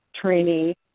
trainee